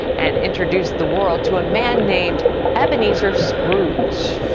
and introduced the world to a man named ebnezer scrooge.